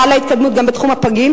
חלה התקדמות גם בתחום הפגים,